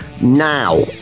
now